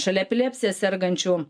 šalia epilepsija sergančių